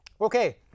Okay